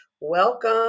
welcome